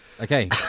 Okay